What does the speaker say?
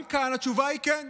גם כאן התשובה היא כן.